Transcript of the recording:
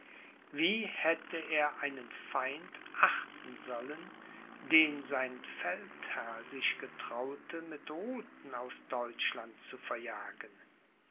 wie hätte er einen feind achten sollen den sein feldherr sich getraute mit ruthen aus deutschland zu verjagen